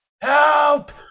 Help